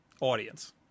audience